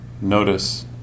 notice